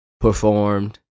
performed